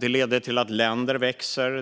Det leder till att länder växer.